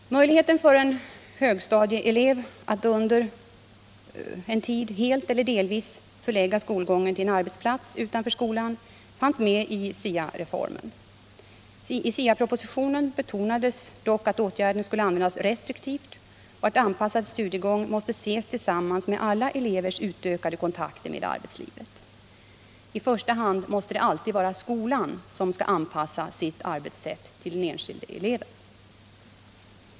Möjligheten för en högstadieelev att under en tid helt eller delvis förlägga skolgången till en arbetsplats utanför skolan fanns med i SIA-reformen. I SIA-propositionen betonades dock att åtgärden skulle användas restriktivt och att anpassad studiegång måste ses tillsammans med alla elevers utökade kontakter med arbetslivet. I första hand måste det alltid vara skolan som skall anpassa sitt arbetssätt till den enskilde eleven.